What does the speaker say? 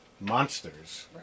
Monsters